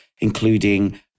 including